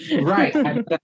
Right